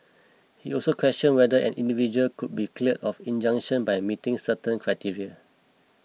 he also question whether an individual could be clear of an injunction by meeting certain criteria